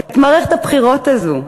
את מערכת הבחירות הזאת.